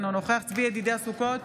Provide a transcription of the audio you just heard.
אינו נוכח צבי ידידיה סוכות,